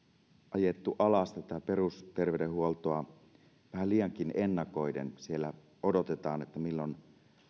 ajettu alas tätä perusterveydenhuoltoa vähän liiankin ennakoiden siellä odotetaan milloin